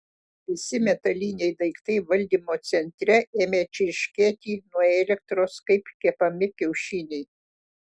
visi metaliniai daiktai valdymo centre ėmė čirškėti nuo elektros kaip kepami kiaušiniai